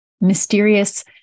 mysterious